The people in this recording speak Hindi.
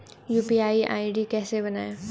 यू.पी.आई आई.डी कैसे बनाएं?